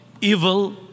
evil